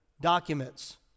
documents